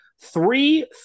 three